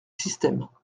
système